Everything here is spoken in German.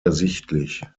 ersichtlich